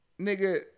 Nigga